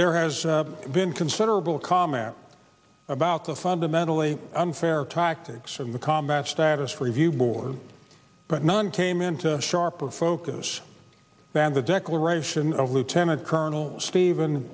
there has been considerable comment about the fundamentally unfair tactics in the combat status review board but none came into sharper focus than the declaration of lieutenant colonel ste